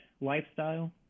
lifestyle